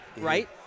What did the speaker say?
right